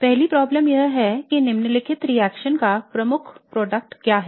पहली प्रॉब्लम यह है कि निम्नलिखित रिएक्शन का प्रमुख उत्पाद क्या हैं